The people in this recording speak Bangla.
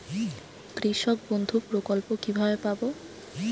কৃষকবন্ধু প্রকল্প কিভাবে পাব?